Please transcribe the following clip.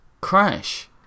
Crash